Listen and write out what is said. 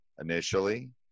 initially